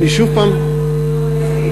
לימדת אותי גם על העזים.